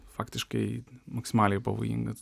faktiškai maksimaliai pavojingas